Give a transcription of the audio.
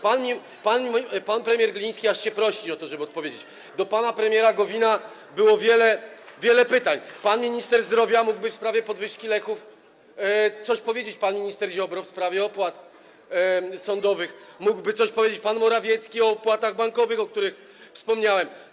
Pan premier Gliński - aż się prosi o to, żeby odpowiedzieć, do pana premiera Gowina było wiele, wiele pytań, pan minister zdrowia mógłby w sprawie podwyżki leków coś powiedzieć, pan minister Ziobro w sprawie opłat sądowych mógłby coś powiedzieć, pan Morawiecki o opłatach bankowych, o których wspomniałem.